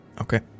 Okay